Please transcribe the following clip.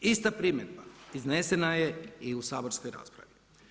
Ista primjedba iznesena je i saborskoj raspravi.